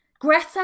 Greta